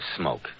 smoke